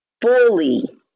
fully